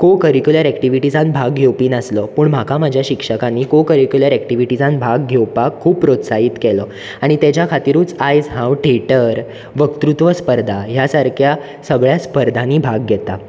कॉ करिक्युलर एक्टिविटिजांत भाग घेवपी नासलो पूण म्हाका म्हज्या शिक्षकानी कॉ करिक्युलर एक्टिविटिजांत भाग घेवपाक खूब प्रोत्साहीत केलो आनी तेच्या खातीरूच आयज हांव थेटर वक्तृत्व स्पर्धा ह्या सारक्या सगळ्या स्पर्धांनी भाग घेतां